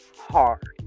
hard